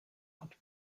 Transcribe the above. hat